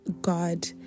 God